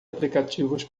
aplicativos